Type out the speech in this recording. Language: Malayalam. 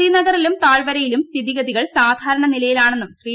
ശ്രീനഗറിലും താഴ്വരയിലും സ്ഥിതിഗതികൾ സാധാരണ നിലയിലാണെന്നും ശ്രീ